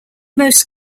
most